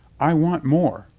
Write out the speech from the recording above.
i want more.